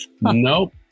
Nope